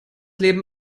leben